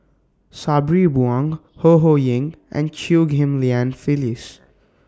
Sabri Buang Ho Ho Ying and Chew Ghim Lian Phyllis